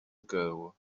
ago